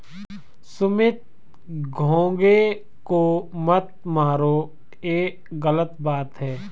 सुमित घोंघे को मत मारो, ये गलत बात है